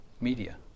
media